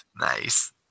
Nice